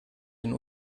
den